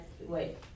wait